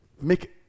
make